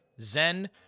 Zen